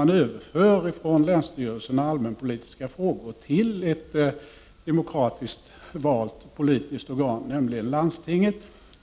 en överföring från länsstyrelserna av allmänpolitiska frågor till ett demokratiskt valt politiskt organ, nämligen landstinget.